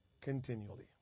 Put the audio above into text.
continually